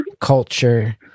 culture